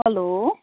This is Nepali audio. हेलो